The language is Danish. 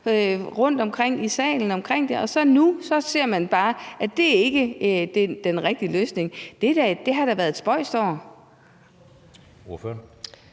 rundtomkring i salen om det. Og nu siger man bare, at det ikke er den rigtige løsning. Det har da været et spøjst år.